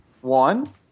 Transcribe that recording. One